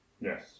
yes